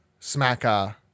Smacker